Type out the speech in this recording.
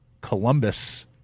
Columbus